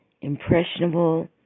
impressionable